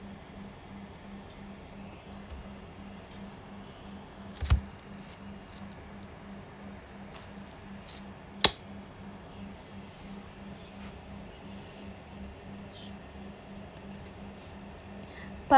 p~